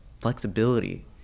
flexibility